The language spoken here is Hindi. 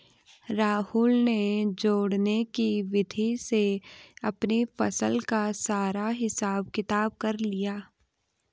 राहुल ने जोड़ने की विधि से अपनी फसल का सारा हिसाब किताब कर लिया